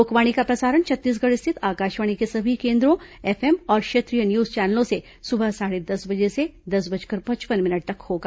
लोकवाणी का प्रसारण छत्तीसगढ़ स्थित आकाशवाणी के सभी केन्द्रों एफएम और क्षेत्रीय न्यूज चैनलों से सुबह साढ़े दस बजे से दस बजकर पचपन मिनट तक होगा